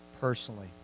personally